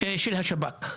של השב״כ.